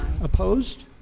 Opposed